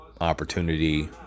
opportunity